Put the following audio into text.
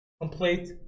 complete